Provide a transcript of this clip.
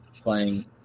playing